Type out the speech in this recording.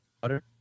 butter